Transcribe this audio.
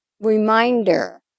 reminder